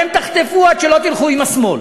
אתם תחטפו עד שלא תלכו עם השמאל.